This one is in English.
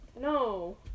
No